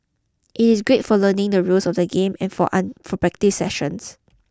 it is great for learning the rules of the game and for an for practice sessions